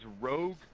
rogue